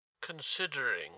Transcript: Considering